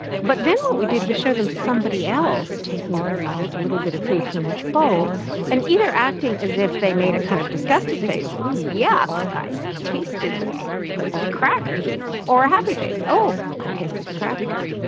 but then what we did was show them somebody else taking a little bit of food from each bowl and either acting as if they made a kind of disgusted face oh yuk, i tasted the the crackers or a happy face oh, i tasted the crackers.